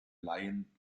laien